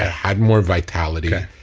i had more vitality.